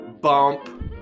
bump